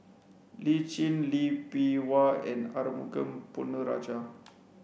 Lee Tjin Lee Bee Wah and Arumugam Ponnu Rajah